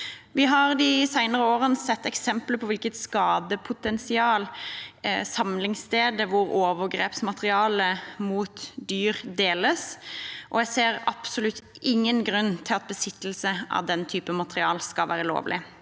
Vi har de senere årene sett eksempler på hvilket skadepotensial samlingssteder hvor overgrepsmateriale mot dyr deles, har, og jeg ser absolutt ingen grunn til at besittelse av den type materiale skal være lovlig.